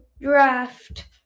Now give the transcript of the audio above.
draft